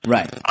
Right